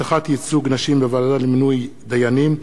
הבטחת ייצוג נשים בוועדה למינוי דיינים),